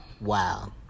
Wow